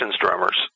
drummers